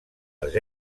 les